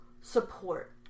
support